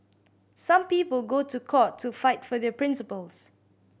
some people go to court to fight for their principles